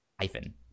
hyphen